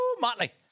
Motley